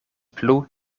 plu